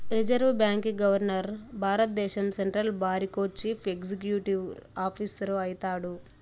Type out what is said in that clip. reserve బాంకీ governor భారద్దేశం central బారికో చీఫ్ ఎక్సిక్యూటివ్ ఆఫీసరు అయితాడు